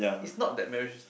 it's not that marriage